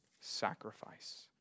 sacrifice